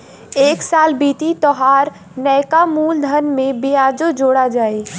एक साल बीती तोहार नैका मूलधन में बियाजो जोड़ा जाई